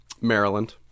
Maryland